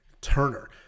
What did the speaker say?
Turner